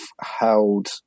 held